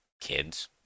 kids